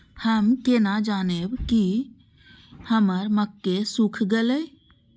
हम केना जानबे की हमर मक्के सुख गले?